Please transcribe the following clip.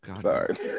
sorry